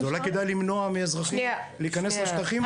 אז אולי כדאי למנוע מאזרחים להיכנס לשטחים